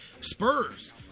Spurs